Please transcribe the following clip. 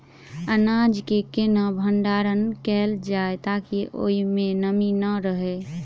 अनाज केँ केना भण्डारण कैल जाए ताकि ओई मै नमी नै रहै?